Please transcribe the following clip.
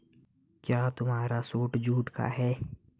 क्या तुम्हारा suit jute का है?